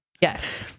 yes